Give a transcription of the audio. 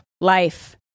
Life